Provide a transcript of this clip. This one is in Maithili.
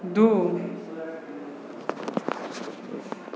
दू